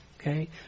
Okay